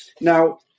Now